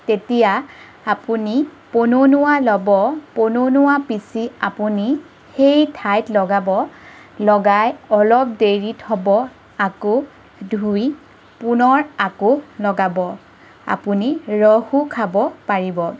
তেতিয়া আপুনি পনৌনৌৱা ল'ব পনৌনৌৱা পিঁচি আপুনি সেই ঠাইত লগাব লগাই অলপ দেৰি থ'ব আকৌ ধুই পুনৰ আকৌ লগাব আপুনি ৰসো খাব পাৰিব